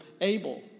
Abel